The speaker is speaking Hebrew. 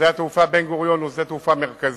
שדה התעופה בן-גוריון הוא שדה תעופה מרכזי,